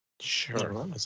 Sure